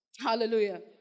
Hallelujah